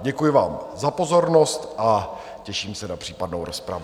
Děkuji vám za pozornost a těším se na případnou rozpravu.